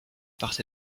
part